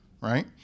Right